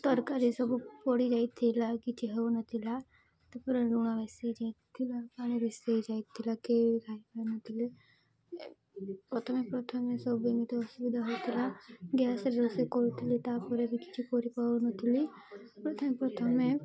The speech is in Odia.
ତରକାରୀ ସବୁ ପଡ଼ି ଯାଇଥିଲା କିଛି ହଉନଥିଲା ତା'ପରେ ଲୁଣ ବେଶୀ ହେଇଯାଇଥିଲା ପାଣି ବେଶୀ ହେଇଯାଇଥିଲା କେହି ବି ଖାଇ ପାରୁନଥିଲେ ପ୍ରଥମେ ପ୍ରଥମେ ସବୁ ଏମିତି ଅସୁବିଧା ହଉଥିଲା ଗ୍ୟାସ୍ରେ ରୋଷେଇ କରୁଥିଲି ତା'ପରେ ବି କିଛି କରି ପାରୁନଥିଲି ପ୍ରଥମେ ପ୍ରଥମେ